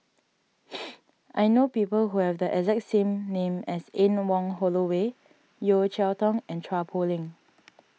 I know people who have the exact same name as Anne Wong Holloway Yeo Cheow Tong and Chua Poh Leng